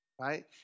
right